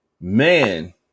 Man